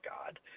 god